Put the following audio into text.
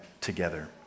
together